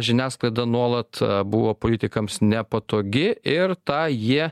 žiniasklaida nuolat buvo politikams nepatogi ir tą jie